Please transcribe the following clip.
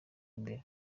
imbere